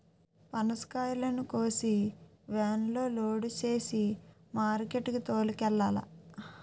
పనసకాయలను కోసి వేనులో లోడు సేసి మార్కెట్ కి తోలుకెల్లాల